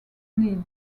needs